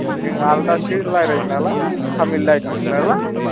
अजों आलदासो लायरायो नालाय तामिलनाडुसो नालाय